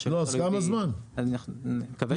מה שלא תלוי בי אני לא יודע.